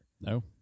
no